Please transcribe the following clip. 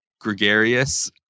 gregarious